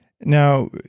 Now